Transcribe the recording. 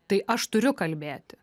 tai aš turiu kalbėti